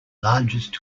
largest